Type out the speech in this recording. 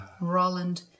Roland